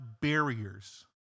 barriers